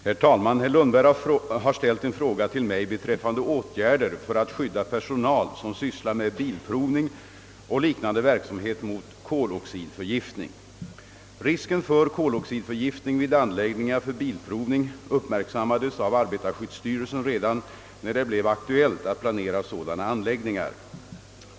Herr talman! Herr Lundberg har ställt en fråga till mig beträffande åtgärder för att skydda personal som sysslar med bilprovning och liknande verksamhet mot koloxidförgiftning. Risken för koloxidförgiftning vid anläggningar för bilprovning uppmärksammades av arbetarskyddsstyrelsen redan när det blev aktuellt att planera sådana anläggningar.